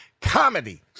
comedy